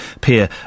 peer